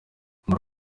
muri